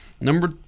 Number